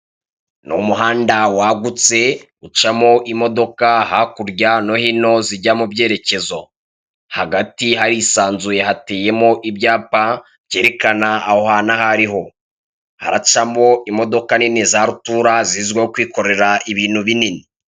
N'umuhanda wagutse ucamo imodoka hakurya no hino zijya mubyerekezo, hagati harisanzuye hateyemo ibyapa byerekana aho hantu ahariho, haracamo imodoka nini za rutura zizwiho kwikorera ibintu binini.